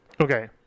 Okay